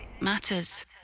matters